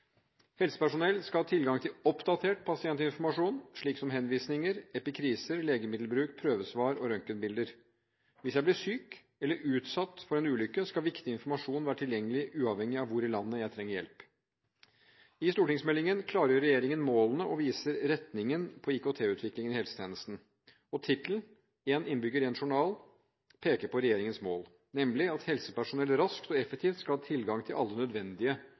Helsepersonell skal ha tilgang til oppdatert pasientinformasjon, slik som henvisninger, epikriser, legemiddelbruk, prøvesvar og røntgenbilder. Hvis jeg blir syk eller utsatt for en ulykke, skal viktig informasjon være tilgjengelig, uavhengig av hvor i landet jeg trenger hjelp. I stortingsmeldingen klargjør regjeringen målene og viser retningen på IKT-utviklingen i helsetjenesten. Tittelen «Én innbygger – én journal» peker på regjeringens mål, nemlig at helsepersonell raskt og effektivt skal ha tilgang til alle nødvendige